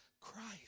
Christ